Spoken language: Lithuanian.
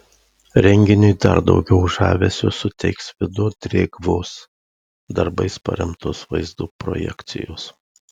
renginiui dar daugiau žavesio suteiks vido drėgvos darbais paremtos vaizdo projekcijos